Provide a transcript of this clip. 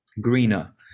greener